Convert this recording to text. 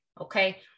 okay